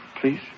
please